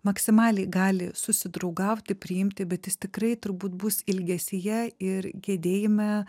maksimaliai gali susidraugauti priimti bet jis tikrai turbūt bus ilgesyje ir gedėjime